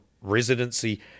residency